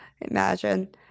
imagine